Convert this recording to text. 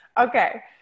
Okay